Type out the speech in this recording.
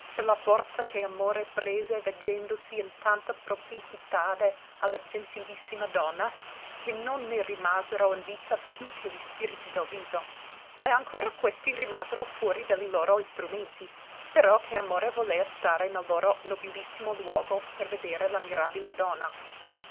per la forza che amore prese veggendosi in tanta propinquitade a la gentilissima donna che non ne rimasero in vita più che li spiriti del viso e ancora questi rimasero fuori de li loro istrumenti però che amore volea stare nel loro nobilissimo luogo per vedere la mirabile donna